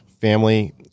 family